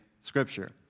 scripture